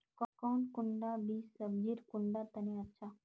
कौन कुंडा बीस सब्जिर कुंडा तने अच्छा?